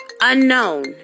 Unknown